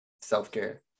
self-care